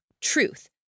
truth